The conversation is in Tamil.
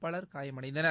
பலர் காயமடைந்தனர்